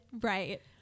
Right